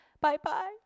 Bye-bye